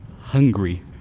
hungry